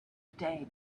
day